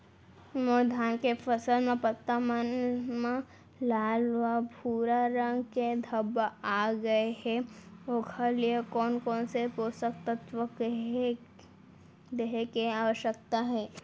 मोर धान के फसल म पत्ता मन म लाल व भूरा रंग के धब्बा आप गए हे ओखर लिए कोन स पोसक तत्व देहे के आवश्यकता हे?